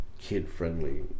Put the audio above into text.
kid-friendly